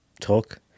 talk